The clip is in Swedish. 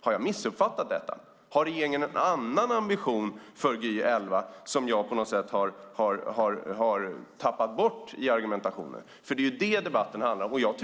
Har jag missuppfattat detta? Har regeringen en annan ambition för Gy 2011 som jag på något sätt har tappat bort i argumentationen? Det är vad debatten handlar om.